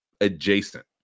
adjacent